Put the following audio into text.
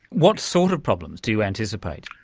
what sort of problems do you anticipate?